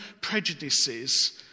prejudices